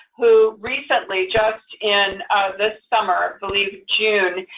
who recently, just in this summer, i believe june,